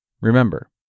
Remember